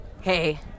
Hey